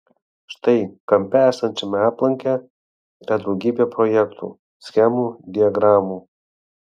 štai kampe esančiame aplanke yra daugybė projektų schemų diagramų